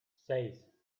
seis